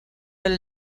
del